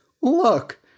Look